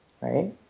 right